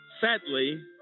sadly